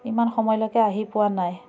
ইমান সময়লৈকে আহি পোৱা নাই